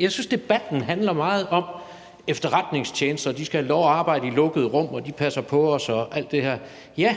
Jeg synes, debatten handler meget om, at efterretningstjenesterne skal have lov at arbejde i lukkede rum, og at de passer på os og alt det her. Ja,